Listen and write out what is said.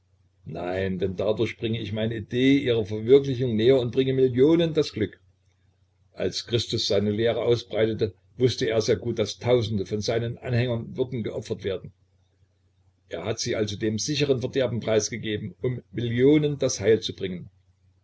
nein denn dadurch bringe ich meine idee ihrer verwirklichung näher und ich bringe millionen das glück als christus seine lehre ausbreitete wußte er sehr gut daß tausende von seinen anhängern würden geopfert werden er hat sie also dem sicheren verderben preisgegeben um millionen das heil zu bringen